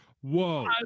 Whoa